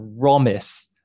promise